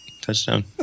Touchdown